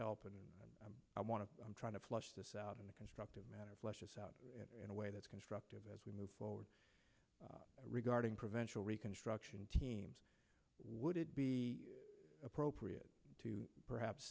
help and i want to i'm trying to flush this out in a constructive manner fleshes out in a way that's constructive as we move forward regarding prevention reconstruction teams would it be appropriate to perhaps